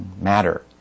Matter